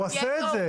הוא עושה את זה,